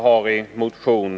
Fru talman!